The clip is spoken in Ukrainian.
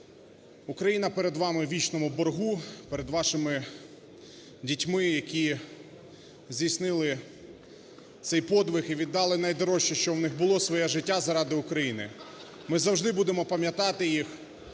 Україна перед вами у вічному боргу, перед вашими дітьми, які здійснили цей подвиг і віддали найдорожче, що в них було - своє життя заради України. (Оплески) Ми завжди будемо пам'ятати їх,